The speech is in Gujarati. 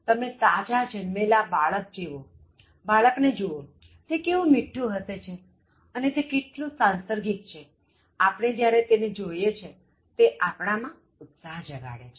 તમે તાજાં જન્મેલા બાળક ને જુવો તે કેવું મીઠું હસે છે અને તે કેટલું સાંસર્ગિક છે આપણે જ્યારે તેને જોઇએ છીએ તે આપણામાં ઉત્સાહ જગાડે છે